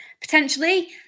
potentially